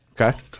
Okay